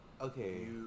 Okay